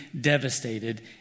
devastated